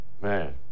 Man